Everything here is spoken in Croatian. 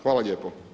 Hvala lijepo.